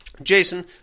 Jason